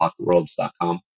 pocketworlds.com